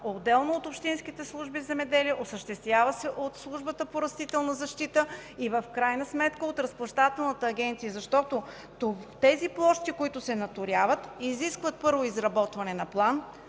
отделно от общинските служби „Земеделие”, осъществява се от Службата за растителна защита и в крайна сметка от Разплащателната агенция. Защото тези площи, които се наторяват, изискват, първо, изработване на план,